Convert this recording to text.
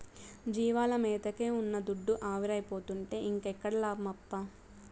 జీవాల మేతకే ఉన్న దుడ్డు ఆవిరైపోతుంటే ఇంకేడ లాభమప్పా